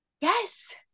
yes